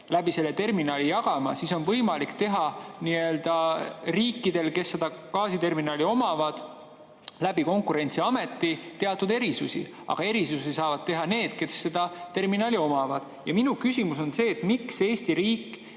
läbi terminali jagama, oleks võimalik riikidel, kes seda gaasiterminali omavad, teha Konkurentsiameti kaudu teatud erisusi. Ja erisusi saavad teha need, kes seda terminali omavad. Minu küsimus on see: miks Eesti riik